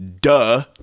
duh